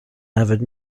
avid